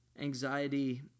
Anxiety